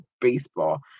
baseball